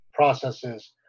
processes